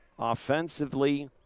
Offensively